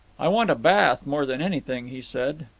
i want a bath more than anything, he said.